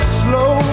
slow